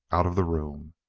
out of the room.